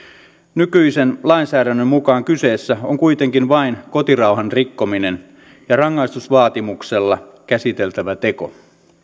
nykyisen lainsäädännön mukaan kyseessä on kuitenkin vain kotirauhan rikkominen ja rangaistusvaatimuksella käsiteltävä teko